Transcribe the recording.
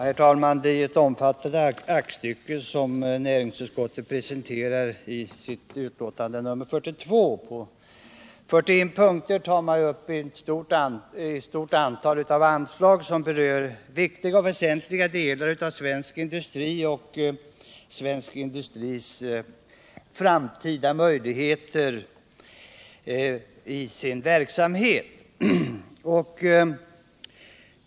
Herr talman! Det är ett omfattande aktstycke som näringsutskottet presenterar i sitt betänkande nr 42. I 41 punker tar man upp ett stort antal anslag som berör viktiga och väsentliga delar av svensk industri och dess framtida möjligheter i sin verksamhet.